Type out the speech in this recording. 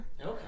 okay